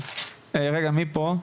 רגע מי פה?